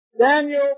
Daniel